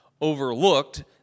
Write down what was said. overlooked